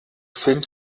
film